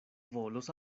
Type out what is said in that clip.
volos